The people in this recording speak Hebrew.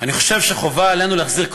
אני חושב שחובה עלינו להחזיר,